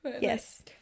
Yes